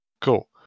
Cool